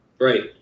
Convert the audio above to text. Right